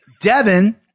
Devin